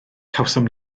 cawsom